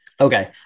Okay